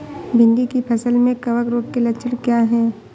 भिंडी की फसल में कवक रोग के लक्षण क्या है?